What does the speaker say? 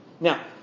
Now